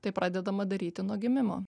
tai pradedama daryti nuo gimimo